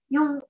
Yung